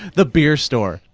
the beer store.